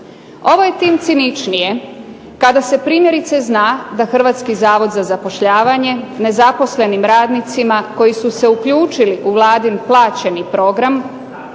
Ovo je tim ciničnije kada se primjerice zna da Hrvatski zavod za zapošljavanje nezaposlenim radnicima koji su se uključili u Vladin plaćeni program